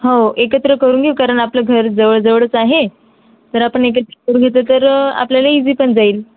हो एकत्र करून घेऊ कारण आपलं घर जवळ जवळच आहे तर आपण एकत्र करून घेतलं तर आपल्याला इझी पण जाईल